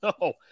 no